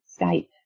Skype